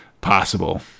Possible